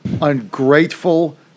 Ungrateful